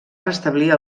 restablir